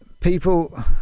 People